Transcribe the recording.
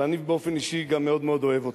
ואני באופן אישי גם מאוד-מאוד אוהב אותך,